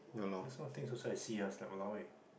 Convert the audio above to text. these kind of things also I see ah it's like !walao! ah